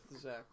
Zach